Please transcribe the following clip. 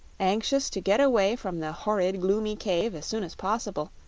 anxious to get away from the horrid gloomy cave as soon as possible,